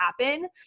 happen